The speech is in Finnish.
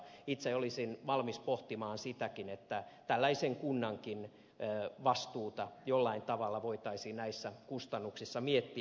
itse olisin valmis pohtimaan sitäkin että tällaisen kunnankin vastuuta jollain tavalla voitaisiin näissä kustannuksissa miettiä